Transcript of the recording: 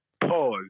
Pause